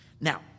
Now